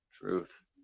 Truth